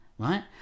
Right